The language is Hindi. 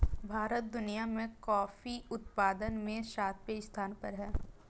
भारत दुनिया में कॉफी उत्पादन में सातवें स्थान पर है